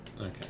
Okay